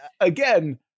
again